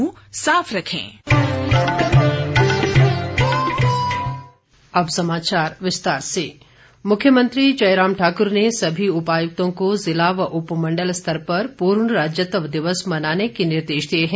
मुख्यमंत्री मुख्यमंत्री जयराम ठाकुर ने सभी उपायुक्तों को जिला व उपमंडल स्तर पर पूर्ण राज्यत्व दिवस मनाने के निर्देश दिए हैं